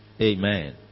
Amen